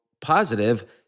positive